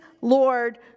Lord